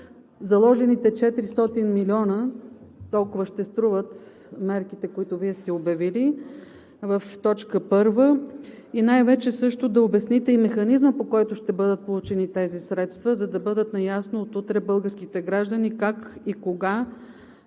заложените 400 милиона – толкова ще струват мерките, които Вие сте обявили, в т. 1. Най-вече също да обясните и механизма, по който ще бъдат получени тези средства, за да бъдат наясно от утре българските граждани как и кога